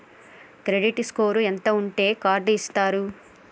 Credit score ఎంత ఉంటే card ఇస్తారు?